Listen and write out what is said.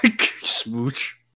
smooch